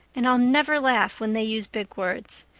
and i'll never laugh when they use big words.